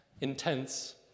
intense